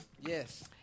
Yes